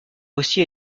aussi